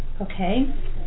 Okay